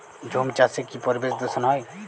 ঝুম চাষে কি পরিবেশ দূষন হয়?